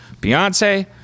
beyonce